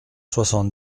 soixante